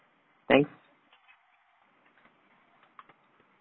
thanks